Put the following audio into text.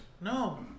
No